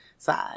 side